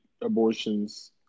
abortions